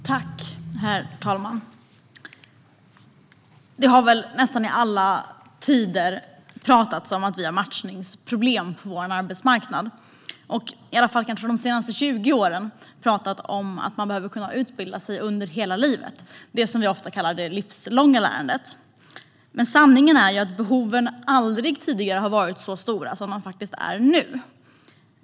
Herr talman! Det har väl i alla tider pratats om matchningsproblem på arbetsmarknaden. Under de senaste 20 åren har vi pratat om att man behöver kunna utbilda sig under hela livet - det som ofta kallas det livslånga lärandet. Sanningen är ju att behoven aldrig tidigare har varit så stora som nu.